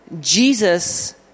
Jesus